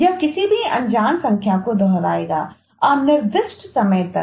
यह किसी भी अनजान संख्या को दोहराएगा अनिर्दिष्ट समय तक